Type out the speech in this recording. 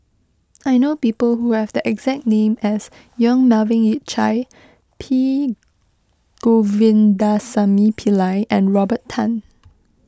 I know people who have the exact name as Yong Melvin Yik Chye P Govindasamy Pillai and Robert Tan